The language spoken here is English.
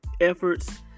efforts